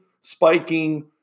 spiking